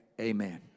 amen